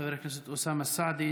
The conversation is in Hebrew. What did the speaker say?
חבר הכנסת אוסאמה סעדי,